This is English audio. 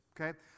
okay